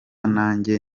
nanjye